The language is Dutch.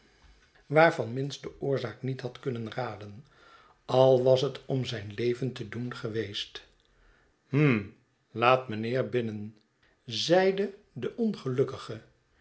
waarvan minns de oorzaak niet had kunnen raden al was het om zijn leven te doen geweest hm laat mijnheer binnen zeide de ongelukkige